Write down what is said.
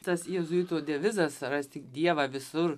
tas jėzuitų devizas rasti dievą visur